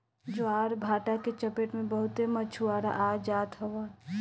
ज्वारभाटा के चपेट में बहुते मछुआरा आ जात हवन